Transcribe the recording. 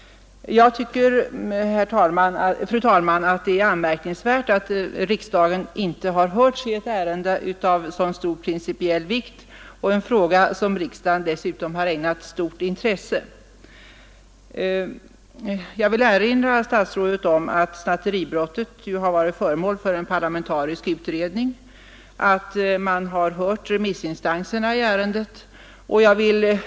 Det är, herr talman, enligt min mening anmärkningsvärt att riksdagen inte har hörts i ett ärende av så stor principiell vikt och i en fråga som riksdagen dessutom ägnat stort intresse. Jag vill erinra herr statsrådet om att snatteribrott varit föremål för en parlamentarisk utredning och att man hört remissinstanserna i ärendet.